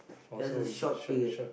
just a short period